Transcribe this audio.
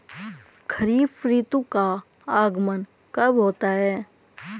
खरीफ ऋतु का आगमन कब होता है?